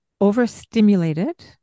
overstimulated